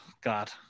God